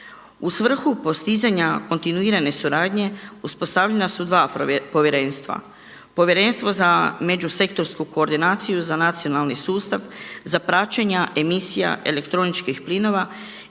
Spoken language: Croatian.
U svrhu postizanja kontinuirane suradnje uspostavljena su dva povjerenstva. Povjerenstvo za međusektorsku koordinaciju za nacionalni sustav za praćenja emisija elektroničkih plinova